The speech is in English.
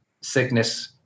sickness